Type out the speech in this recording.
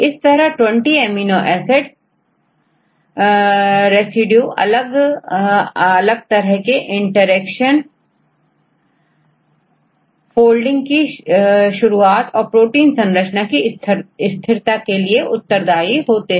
इस तरह 20एमिनो एसिड रेसिड्यू अलग अलग तरह के इंटरेक्शन फोल्डिंगकी शुरुआत और प्रोटीन संरचना की स्थिरता के लिए उत्तरदाई होते हैं